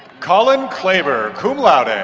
colin klaber, cum laude. and